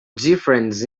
difference